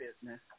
business